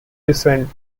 descent